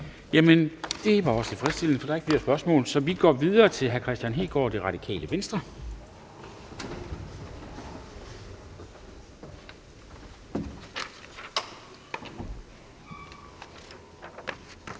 Det var også tilfredsstillende, for der er ikke flere spørgsmål. Så vi går videre til hr. Kristian Hegaard, Det Radikale Venstre.